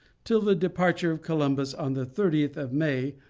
till the departure of columbus on the thirtieth of may,